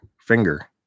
finger